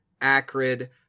acrid